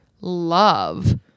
Love